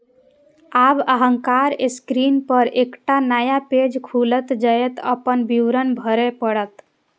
आब अहांक स्क्रीन पर एकटा नया पेज खुलत, जतय अपन विवरण भरय पड़त